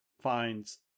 finds